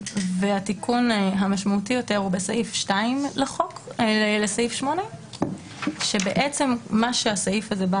התיקון המשמעותי יותר הוא בסעיף (2) לסעיף 8. מה שהסעיף הזה בא